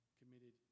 committed